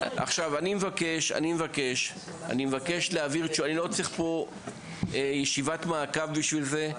אני לא צריך פה ישיבת מעקב בשביל זה,